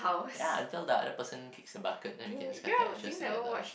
ya until the other person kicks the bucket then we can scatter ashes together